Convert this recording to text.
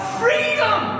freedom